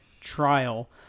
trial